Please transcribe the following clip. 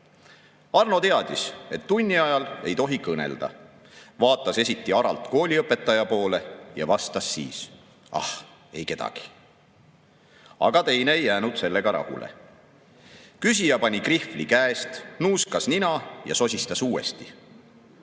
teadis, et tunni ajal ei tohi kõnelda, vaatas esiti aralt kooliõpetaja poole ja vastas siis:"Ah, ei kedagi …"Aga teine ei jäänud sellega rahule. Küsija pani krihvli käest, nuuskas nina ja sosistas uuesti:"Kas